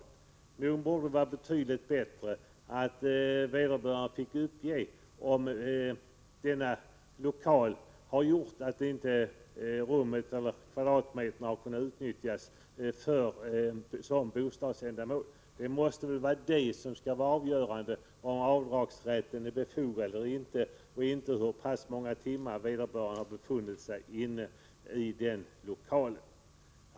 Det skulle vara betydligt bättre att vederbörande fick uppge om rummet eller de aktuella kvadratmeterna inte har kunnat utnyttjas för bostadsändamål. Det måste väl vara detta som skall vara avgörande när det gäller om avdragsrätten är befogad eller inte — inte hur många timmar vederbörande har befunnit sig i lokalen.